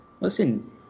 Listen